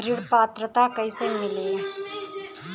ऋण पात्रता कइसे मिली?